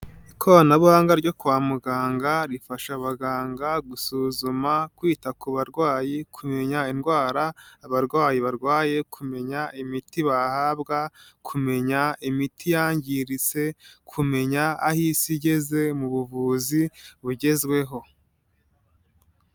Ikoranabuhanga ryo kwa muganga rifasha abaganga gusuzuma, kwita ku barwayi, kumenya indwara abarwayi barwaye, kumenya imiti bahabwa, kumenya imiti yangiritse, kumenya aho isi igeze mu buvuzi bugezweho.